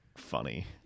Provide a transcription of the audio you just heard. Funny